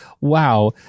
wow